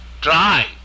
try